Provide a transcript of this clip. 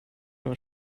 nur